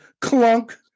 clunk